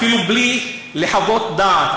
אפילו בלי לחוות דעת.